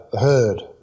heard